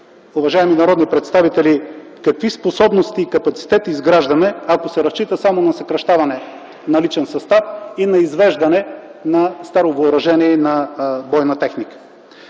уважаеми народни представители, какви способности и капацитет изграждаме, ако се разчита само на съкращаване на личен състав и на извеждане на старо въоръжение и на бойна техника.